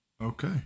Okay